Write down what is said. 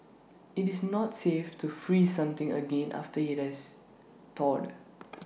IT is not safe to freeze something again after IT has thawed